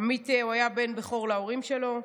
עמית היה בן בכור להורים שלו,